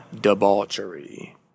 debauchery